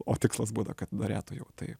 o tikslas būna kad norėtų jau tai